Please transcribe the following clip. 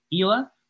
ELA